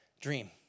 dream